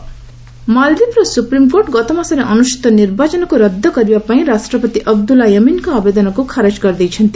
Maldives court ମାଲଦୀପର supreme court ଗତମାସରେ ଅନୁଷ୍ଠିତ ନିର୍ବାଚନକୁ ରଦ୍ଦ କରିବା ପାଇଁ ରାଷ୍ଟ୍ରପତି ଅବଦୁଲ୍ଲା ୟମିନଙ୍କ ଆବେଦନକୁ ଖାରଜ କରିଦେଇଛନ୍ତି